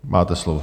Máte slovo.